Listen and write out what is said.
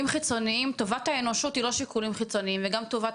טובת האנושות היא לא שיקולים חיצוניים וגם טובת